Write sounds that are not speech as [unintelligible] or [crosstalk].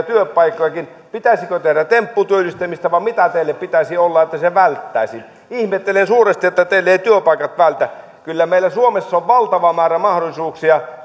[unintelligible] työpaikkojakin pitäisikö tehdä tempputyöllistämistä vai mitä teille pitäisi olla että se välttäisi ihmettelen suuresti että teille eivät työpaikat vältä kyllä meillä suomessa on valtava määrä mahdollisuuksia [unintelligible]